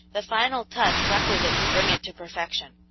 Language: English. the final touch requisite to bring it to perfection.